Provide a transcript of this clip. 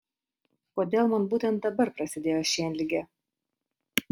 kodėl man būtent dabar prasidėjo šienligė